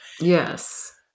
Yes